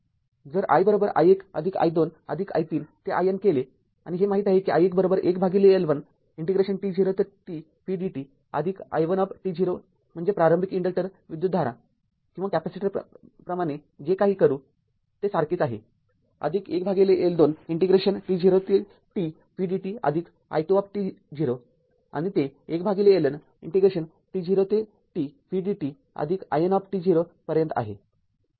जर i i१ आदिक i २ आदिक i ३ ते i N केले आणि हे माहीत आहे कि i१ १L१ इंटिग्रेशन t० ते t v dt आदिक i१t० म्हणजे प्रारंभिक इन्डक्टर विद्युतधारा किंवा कॅपेसिटरप्रमाणे जे काही करू ते सारखेच आहे आदिक १L२ इंटिग्रेशन t०ते t v dt आदिक i २t० आणि ते १LN इंटिग्रेशन t०ते t v dt आदिक i Nt० पर्यंत आहे